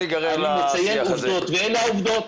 אני מציין עובדות, ואלה העובדות.